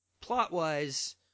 Plot-wise